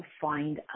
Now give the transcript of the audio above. find